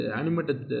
animated